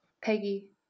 Peggy